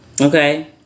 okay